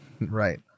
Right